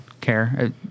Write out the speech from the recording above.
care